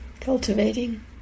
cultivating